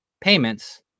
payments